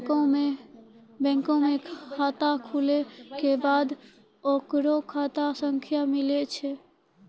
बैंको मे खाता खुलै के बाद ओकरो खाता संख्या मिलै छै